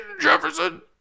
Jefferson